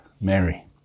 Mary